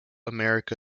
america